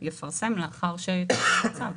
הוא יפרסם לאחר שיתוקן הצו.